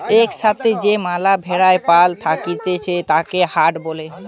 এক সাথে যে ম্যালা ভেড়ার পাল থাকতিছে তাকে হার্ড বলে